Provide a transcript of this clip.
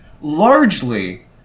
largely